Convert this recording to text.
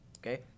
Okay